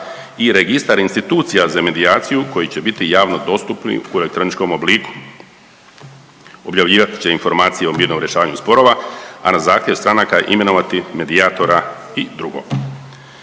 i registar institucija za medijaciju koji će biti javno dostupni u elektroničkom obliku. Objavljivat će informacije o mirnom rješavanju sporova, a na zahtjev stranaka imenovati medijatora i dr.